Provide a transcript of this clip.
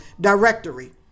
directory